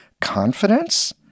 confidence